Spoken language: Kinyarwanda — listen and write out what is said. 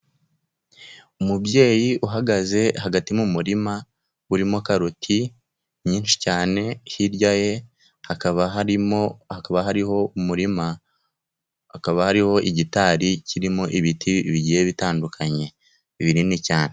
Umubyeyi uhagaze hagati mu murima, urimo karoti nyinshi cyane, hirya ye hakaba hariho umurima, hakaba hariho igitari kirimo ibiti bigiye bitandukanye. Ni binini cyane.